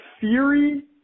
theory